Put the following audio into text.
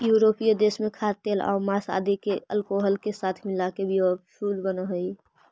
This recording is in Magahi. यूरोपीय देश में खाद्यतेलआउ माँस आदि के अल्कोहल के साथ मिलाके बायोफ्यूल बनऽ हई